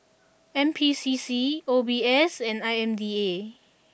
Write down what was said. N P C C O B S and I M D A